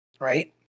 right